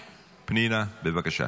פנינה, בבקשה.